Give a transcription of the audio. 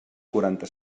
quaranta